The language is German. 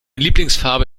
lieblingsfarbe